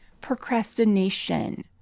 Procrastination